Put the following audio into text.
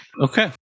Okay